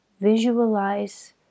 visualize